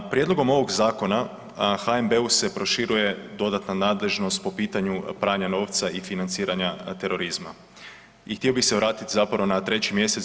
Prijedlogom ovog zakona HNB-u se proširuje dodatna nadležnost po pitanju pranja novca i financiranja terorizma i htio bi se vratiti zapravo na 3. mj.